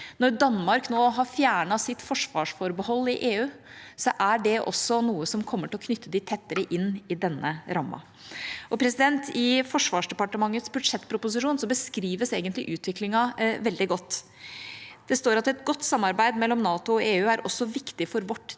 Når Danmark nå har fjernet sitt forsvarsforbehold i EU, er det også noe som kommer til å knytte dem tettere inn i denne rammen. I Forsvarsdepartementets budsjettproposisjon beskrives egentlig utviklingen veldig godt. Det står at et godt samarbeid mellom NATO og EU også er viktig for vår